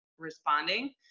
responding